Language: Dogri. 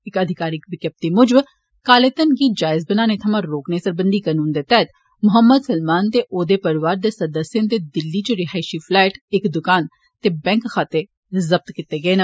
इक अधिकारिक विज्ञप्ति मुजब काले घनै गी जायज बनाने थमां रोकने सरबंधी कानून दे तैह्त मोहम्मद सलमान ते ओह्दे परोआर दे सदस्यें दे दिल्ली च रिहायशी फलैट इक दकान ते बैंक खाते जब्त कीते गे न